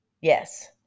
Yes